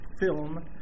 film